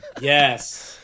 Yes